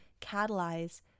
catalyze